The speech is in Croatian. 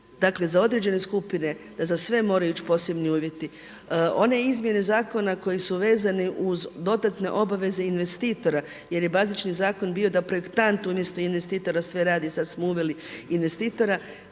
dakle za određene skupine, da za sve moraju ići posebni uvjeti. One izmjene zakona koje su vezane uz dodatne obaveze investitora jer je bazični zakon bio da projektant umjesto investitora sve radi, sada smo uveli investitora